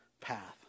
path